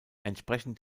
entsprechend